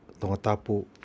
Tongatapu